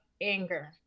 anger